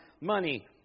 money